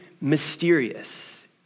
mysterious